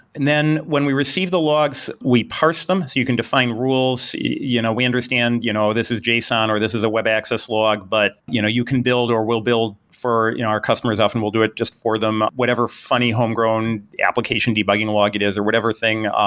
and then when we receive the logs, we parse them. you can define rules, you know we understand you know this is json or this is a web access log, but you know you can build or will build for our customers. often we'll do it just for them, whatever funny homegrown application debugging log it is or whatever thing.